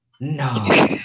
no